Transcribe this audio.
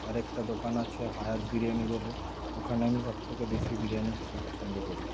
আরেকটা দোকান আছে হায়াত বিরিয়ানি বলে ওখানে আমি সবথেকে বেশি বিরিয়ানি খেতে পছন্দ করি